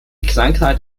krankheit